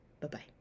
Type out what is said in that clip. Bye-bye